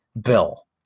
bill